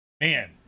man